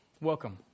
Welcome